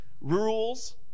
rules